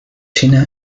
china